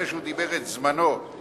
אחרי שהוא דיבר את זמנו על